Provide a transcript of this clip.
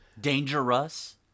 Dangerous